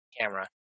camera